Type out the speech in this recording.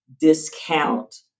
discount